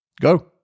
Go